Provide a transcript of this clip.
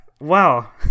wow